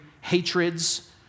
hatreds